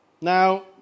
Now